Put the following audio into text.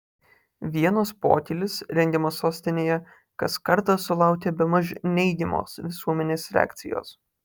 vienos pokylis rengiamas sostinėje kas kartą sulaukia bemaž neigiamos visuomenės reakcijos